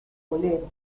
bolero